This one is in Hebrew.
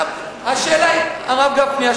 הרב גפני,